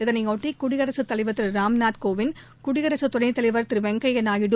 இதனையொட்டி குடியரசுத் தலைவர் திரு ராம்நாத் கோவிந்த் குடியரசுத் துணைத் தலைவர் திரு வெங்கப்யா நாயுடு